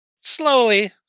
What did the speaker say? slowly